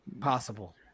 possible